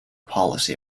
policy